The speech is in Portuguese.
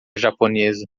japonesa